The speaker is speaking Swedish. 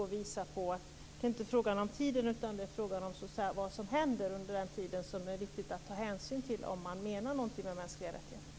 Det handlar inte om tiden, utan det handlar om vad som händer under denna tid som är viktigt att ta hänsyn till, om man menar någonting med mänskliga rättigheter.